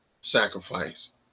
sacrifice